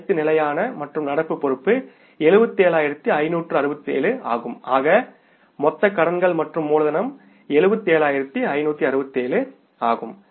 அனைத்து நிலையான மற்றும் நடப்பு பொறுப்பு 77567 ஆகும் ஆக மொத்த கடன்கள் மற்றும் மூலதனம் 77567 ஆகும்